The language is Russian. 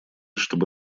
чтобы